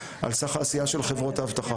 על סך העשייה של חברות האבטחה.